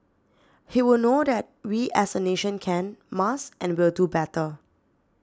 he would know that we as a nation can must and will do better